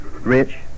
rich